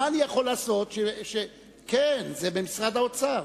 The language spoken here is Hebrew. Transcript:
מה אני יכול לעשות שכן, זה במשרד האוצר?